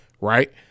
right